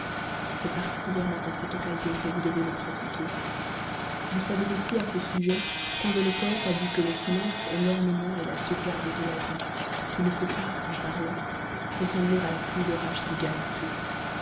c'est particulièrement en cette occasion que vous devez le pratiquer vous savez aussi à ce sujet qu'un de nos poètes a dit que le silence est l'ornement et la sauvegarde de la vie qu'il ne faut pas en parlant ressembler à la pluie d'orage qui gâte tout